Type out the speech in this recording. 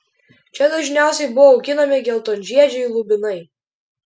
čia dažniausiai buvo auginami geltonžiedžiai lubinai